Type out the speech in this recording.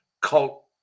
cult